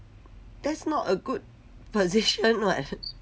that's not a good position [what]